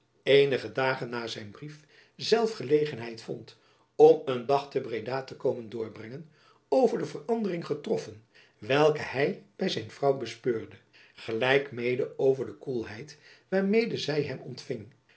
eenige dagen na zijn brief zelf gelegenheid vond om een dag te breda te komen doorbrengen over de verandering getroffen welke hy by zijn vrouw bespeurde gelijk mede over de koelheid waarmede zy hem ontfing